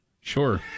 Sure